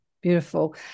Beautiful